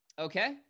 okay